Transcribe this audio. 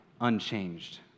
unchanged